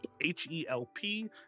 H-E-L-P